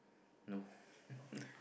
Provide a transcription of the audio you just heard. no